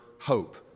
hope